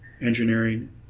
engineering